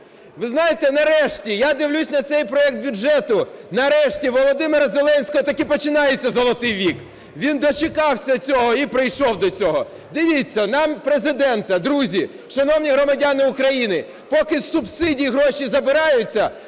Ви знаєте, нарешті я дивлюсь на цей проект бюджету, нарешті у Володимира Зеленського таки починається "золотий вік". Він дочекався цього і прийшов до цього. Дивіться, на Президента, друзі, шановні громадяни України, поки з субсидій гроші забираються,